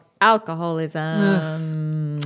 alcoholism